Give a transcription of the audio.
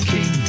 King